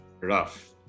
rough